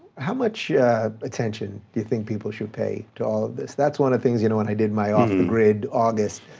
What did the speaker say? how much yeah attention do you think people should pay to all of this? that's one of the things, you know when i did my off-the-grid august,